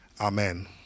Amen